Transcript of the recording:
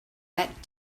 that